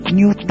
new